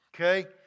Okay